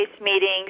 meetings